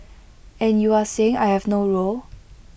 and you are saying I have no role